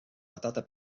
patata